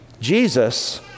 Jesus